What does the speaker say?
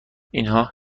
اینها